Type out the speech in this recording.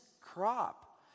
crop